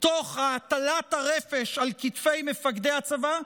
תוך הטלת הרפש על כתפי מפקדי הצבא,